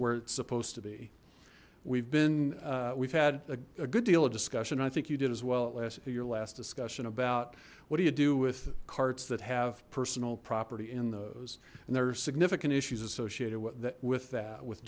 where it's supposed to be we've been we've had a good deal of discussion i think you did as well at last your last discussion about what do you do with carts that have personal property in those and there are significant issues associated with that with